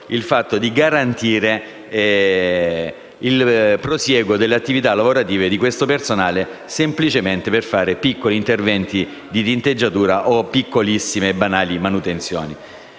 oltre al garantire il prosieguo delle attività lavorative di questo personale, semplicemente per fare piccoli interventi di tinteggiatura o piccolissime e banali manutenzioni.